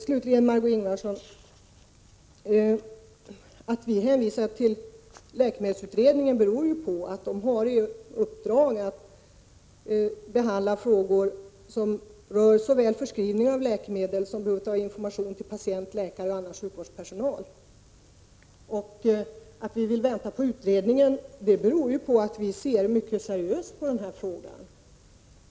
Slutligen till Margö Ingvardsson: Att vi hänvisar till läkemedelsutredningen beror på att den har i uppdrag att behandla frågor som rör såväl förskrivning av läkemedel som behov av information till patienter, läkare och annan sjukvårdspersonal. Att vi vill vänta på utredningen beror på att vi ser mycket seriöst på den här frågan.